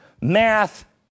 Math